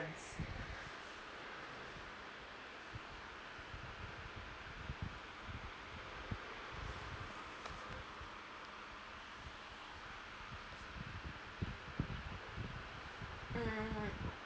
mm